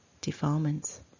defilements